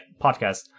podcast